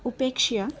उपेक्ष्य